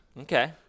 Okay